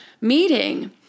meeting